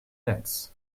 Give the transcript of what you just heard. nets